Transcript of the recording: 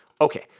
Okay